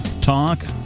talk